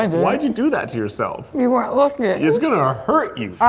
and why'd you do that to yourself? you weren't looking. it's going to hurt you.